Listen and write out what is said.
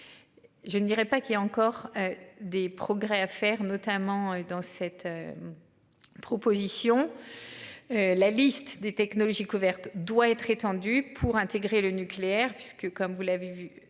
Je ne dirais pas qu'il y a encore des progrès à faire, notamment dans cette. Proposition. La liste des technologies couverte doit être étendu pour intégrer le nucléaire puisque comme vous l'avez vu